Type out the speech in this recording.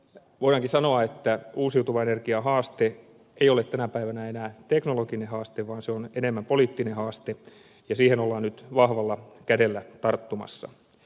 voidaankin sanoa että uusiutuvan energian haaste ei ole tänä päivänä enää teknologinen haaste vaan se on enemmän poliittinen haaste ja siihen ollaan nyt vahvalla kädellä tarttumassa